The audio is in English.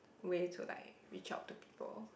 way to like reach out to people